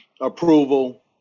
approval